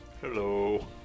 Hello